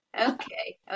Okay